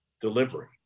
delivery